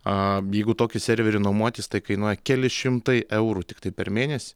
aaa jeigu tokį serverį nuomotis tai kainuoja kelis šimtai eurų tiktai per mėnesį